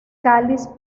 cáliz